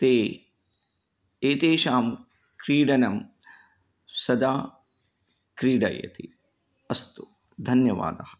ते एतेषां क्रीडनं सदा क्रीडति अस्तु धन्यवादः